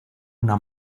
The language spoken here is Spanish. una